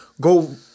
go